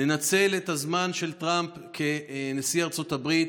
ננצל את הזמן של טראמפ כנשיא ארצות הברית.